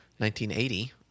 1980